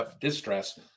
distress